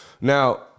Now